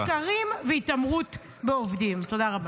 שקרים -- תודה רבה.